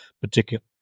particular